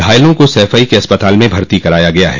घायलों को सैफई के अस्पताल में भर्ती कराया गया है